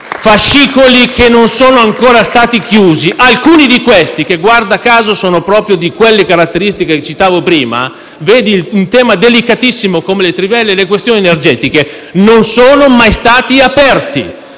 fascicoli che non sono ancora stati chiusi; alcuni di questi, che guarda caso hanno proprio le caratteristiche che ho citato - penso al tema delicatissimo delle trivelle e alle questioni energetiche - non sono mai stati aperti